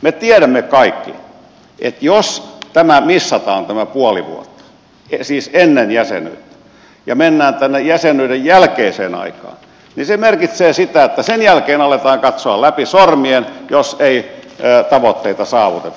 me tiedämme kaikki että jos tämä puoli vuotta missataan siis ennen jäsenyyttä ja mennään tänne jäsenyyden jälkeiseen aikaan niin se merkitsee sitä että sen jälkeen aletaan katsoa läpi sormien jos tavoitteita ei saavuteta